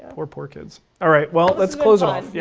poor, poor kids. all right, well let's close off. yeah